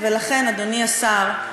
אדוני השר,